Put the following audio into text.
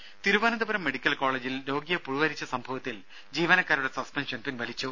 രംഭ Thiruvananthapuram medical കോളേജിൽ രോഗിയെ പുഴുവരിച്ച സംഭവത്തിൽ ജീവനക്കാരുടെ സസ്പെൻഷൻ പിൻവലിച്ചു